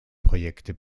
projekte